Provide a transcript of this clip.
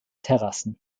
terrassen